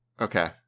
Okay